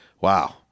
wow